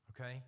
Okay